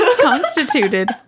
constituted